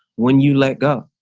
when you let go.